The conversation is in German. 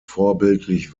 vorbildlich